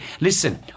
Listen